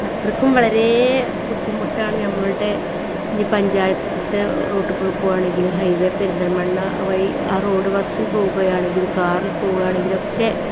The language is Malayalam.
അത്രയ്ക്കും വളരെ ബുദ്ധിമുട്ടാണ് നമ്മുടെ ഇനി പഞ്ചായത്തിലത്തെ റോഡിൽക്കൂടെ പോവുവാണെങ്കിൽ ഹൈവേ പെരുന്തൽമണ്ണ വഴി ആ റോഡ് ബസ്സിൽ പോവുകയാണെങ്കിൽ കാറിൽ പോവുവാണെങ്കിലൊക്കെ